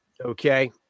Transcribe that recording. Okay